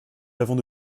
l’avons